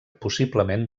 possiblement